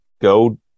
go